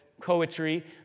poetry